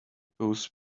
goes